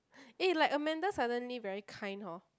eh like Amanda suddenly very kind hor